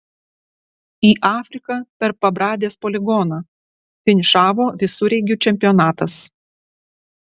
į afriką per pabradės poligoną finišavo visureigių čempionatas